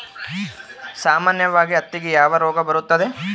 ಸಾಮಾನ್ಯವಾಗಿ ಹತ್ತಿಗೆ ಯಾವ ರೋಗ ಬರುತ್ತದೆ?